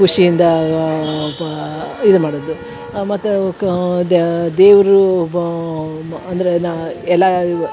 ಖುಷಿಯಿಂದ ವಾ ಪಾ ಇದನ್ನ ಮಾಡದು ಮತ್ತು ಅವ ಕಾ ದೇವರು ವಾ ಮ ಅಂದರೆ ನ ಎಲ್ಲ ಇವ